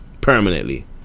Permanently